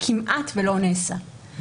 שכמעט לא נעשה.